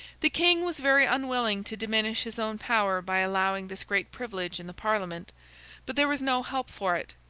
the king was very unwilling to diminish his own power by allowing this great privilege in the parliament but there was no help for it,